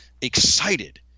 excited